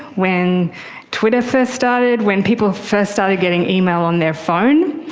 when twitter first started, when people first started getting email on their phone,